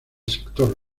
sector